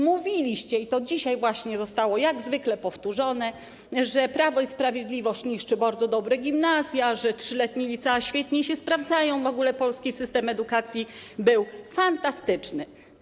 Mówiliście, i to dzisiaj właśnie zostało jak zwykle powtórzone, że Prawo i Sprawiedliwość niszczy bardzo dobre gimnazja, że 3-letnie licea świetnie się sprawdzają, w ogóle polski system edukacji był fantastyczny.